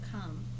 come